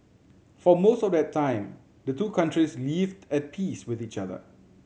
for most of that time the two countries lived at peace with each other